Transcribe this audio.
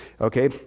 okay